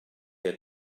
had